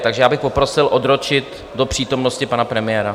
Takže já bych poprosil odročit do přítomnosti pana premiéra.